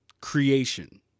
creation